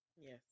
yes